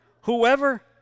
Whoever